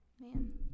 Man